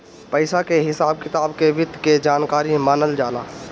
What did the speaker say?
पइसा के हिसाब किताब के वित्त के जानकारी मानल जाला